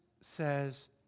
says